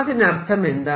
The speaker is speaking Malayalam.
അതിനർത്ഥം എന്താണ്